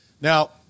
now